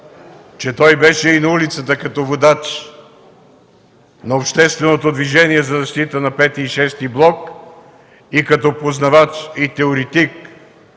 че той беше и на улицата, като водач на общественото движение за защита на V и VІ блок, и като познавач и теоретик